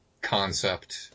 concept